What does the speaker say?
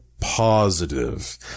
positive